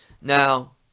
Now